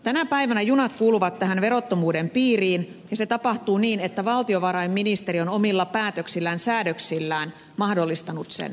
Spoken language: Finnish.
tänä päivänä junat kuuluvat tähän verottomuuden piiriin ja se tapahtuu niin että valtiovarainministeriö on omilla päätöksillään säädöksillään mahdollistanut sen